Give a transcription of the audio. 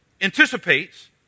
anticipates